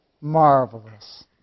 marvelous